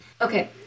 Okay